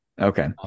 Okay